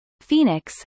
Phoenix